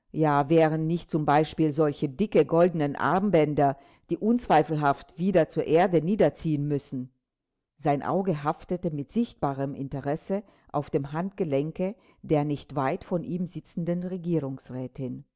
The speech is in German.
wären nicht zum beispiel solche dicke goldene armbänder die unzweifelhaft wieder zur erde niederziehen müssen sein auge haftete mit sichtbarem interesse auf dem handgelenke der nicht weit von ihm sitzenden